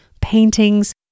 paintings